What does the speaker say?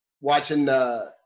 watching